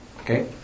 Okay